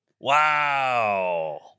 Wow